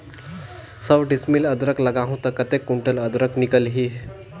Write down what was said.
सौ डिसमिल अदरक लगाहूं ता कतेक कुंटल अदरक निकल ही?